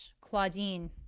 Claudine